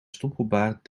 stoppelbaard